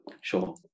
Sure